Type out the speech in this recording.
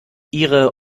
ihre